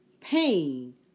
pain